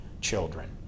children